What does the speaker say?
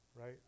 Right